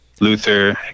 Luther